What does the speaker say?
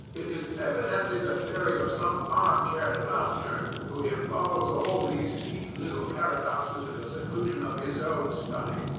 it is evidently the theory of some arm-chair lounger who evolves all these neat little paradoxes in the seclusion of his own study.